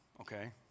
okay